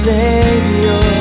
Savior